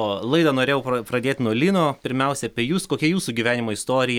o laidą norėjau pradėt nuo lino pirmiausia apie jus kokia jūsų gyvenimo istorija